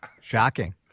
Shocking